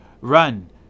Run